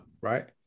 Right